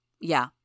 Yeah